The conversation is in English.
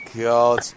God